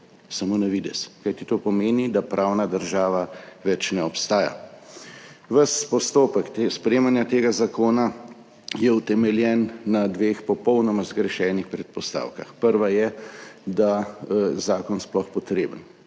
Samo na videz. Kajti to pomeni, da pravna država več ne obstaja. Ves postopek sprejemanja tega zakona je utemeljen na dveh popolnoma zgrešenih predpostavkah. Prva je, da je zakon sploh potreben.